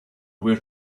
where